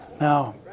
Now